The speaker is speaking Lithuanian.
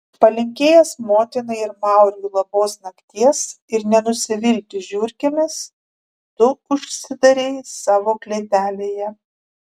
palinkėjęs motinai ir mauriui labos nakties ir nenusivilti žiurkėmis tu užsidarei savo klėtelėje